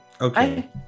Okay